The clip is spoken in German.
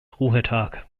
ruhetag